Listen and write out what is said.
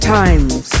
times